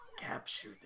Capture